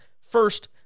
first